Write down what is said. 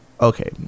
Okay